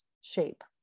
shape